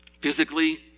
physically